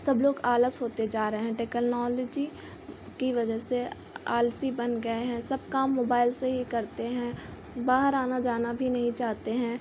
सब लोग आलस होते जा रहे हैं टेकानॉलजी की वजह से आलसी बन गए हैं सब काम मोबाइल से ही करते हैं बाहर आना जाना भी नहीं चाहते हैं